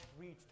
reached